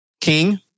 King